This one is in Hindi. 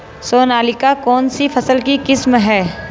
सोनालिका कौनसी फसल की किस्म है?